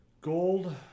Gold